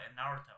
Naruto